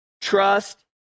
trust